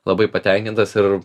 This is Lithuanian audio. labai patenkintas ir